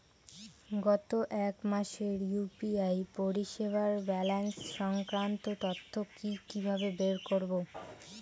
গত এক মাসের ইউ.পি.আই পরিষেবার ব্যালান্স সংক্রান্ত তথ্য কি কিভাবে বের করব?